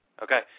Okay